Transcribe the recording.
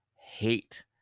hate